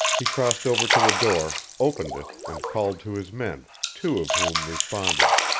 he crossed over to the door, opened it, and called to his men, two of whom responded.